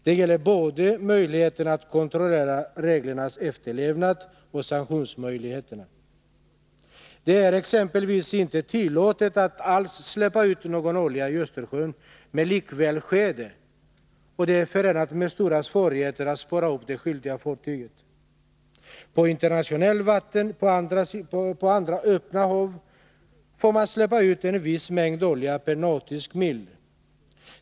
Det gäller både möjligheterna att kontrollera reglernas efterlevnad och sanktionsmöjligheterna. Det är exempelvis inte tillåtet att alls släppa ut någon olja i Östersjön, men likväl sker det, och det är förenat med stora svårigheter att spåra upp det skyldiga fartyget. På internationellt vatten på andra öppna hav får man släppa ut en viss mängd olja per nautisk mil.